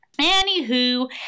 Anywho